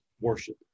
worship